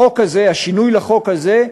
החוק הזה, השינוי לחוק הזה,